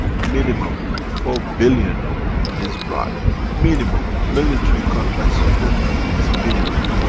minimum four billion is bribe. minimum. military contracts ten is minimum.